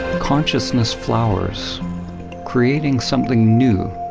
consciousness flowers creating something new,